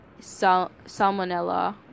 Salmonella